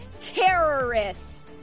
terrorists